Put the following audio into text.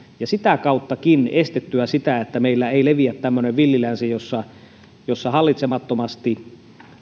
ja sitäkin kautta estettyä sitä että meillä ei leviä tämmöinen villi länsi jossa hallitsemattomasti